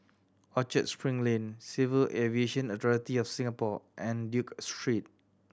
Orchard Spring Lane Civil Aviation Authority of Singapore and Duke Street